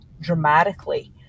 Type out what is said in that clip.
dramatically